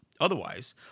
Otherwise